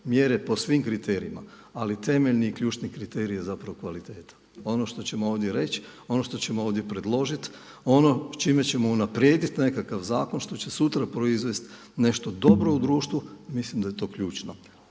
mjere po svim kriterijima. Ali temeljni i ključni kriterij je zapravo kvaliteta onog što ćemo ovdje reći, ono što ćemo ovdje predložiti, ono s čime ćemo unaprijediti nekakav zakon što će sutra proizvesti nešto dobro u društvu. Mislim da je to ključno.